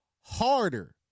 harder